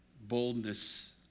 boldness